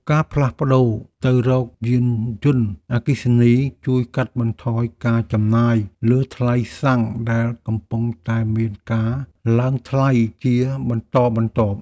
ការផ្លាស់ប្តូរទៅរកយានយន្តអគ្គិសនីជួយកាត់បន្ថយការចំណាយលើថ្លៃសាំងដែលកំពុងតែមានការឡើងថ្លៃជាបន្តបន្ទាប់។